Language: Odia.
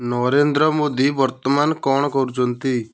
ନରେନ୍ଦ୍ର ମୋଦି ବର୍ତ୍ତମାନ କ'ଣ କରୁଛନ୍ତି